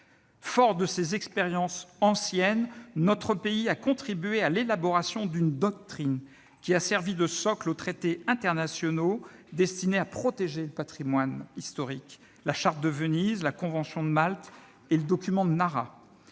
Fort de ces expériences anciennes, notre pays a contribué à l'élaboration d'une doctrine qui a servi de socle aux traités internationaux destinés à protéger le patrimoine historique : la Charte de Venise, la Convention de Malte et le Document de Nara.